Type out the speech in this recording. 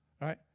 right